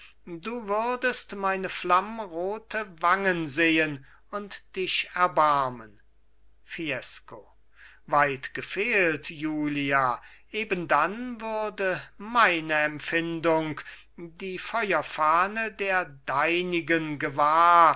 du würdest meine flammrote wangen sehen und dich erbarmen fiesco weit gefehlt julia eben dann würde meine empfindung die feuerfahne der deinigen gewahr